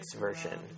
version